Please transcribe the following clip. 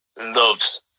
loves